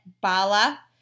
Bala